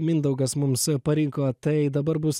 mindaugas mums parinko tai dabar bus